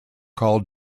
called